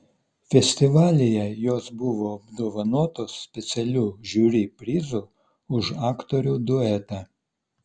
festivalyje jos buvo apdovanotos specialiu žiuri prizu už aktorių duetą